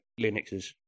Linuxes